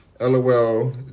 lol